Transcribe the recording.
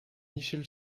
michel